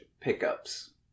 pickups